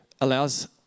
allows